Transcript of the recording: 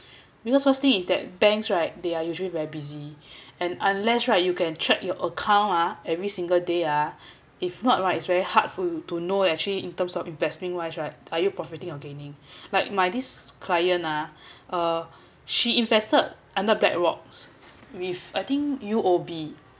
because firstly is that banks right they are usually very busy and unless right you can check your account ah every single day ah if not right is very hard for you to know actually in terms of investing wise right are you profiting or gaining like my this client ah uh she invested under the black rocks with I think U_O_B